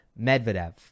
Medvedev